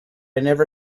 never